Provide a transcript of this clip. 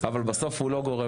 אבל בסוף הוא לא גורם